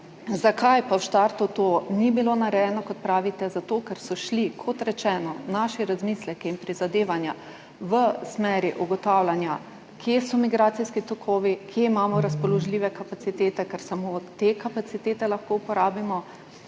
Zakaj pa v štartu to ni bilo narejeno, kot pravite? Zato ker so šli, kot rečeno, naši razmisleki in prizadevanja v smeri ugotavljanja, kje so migracijski tokovi, kje imamo razpoložljive kapacitete, ker samo te kapacitete lahko uporabimo.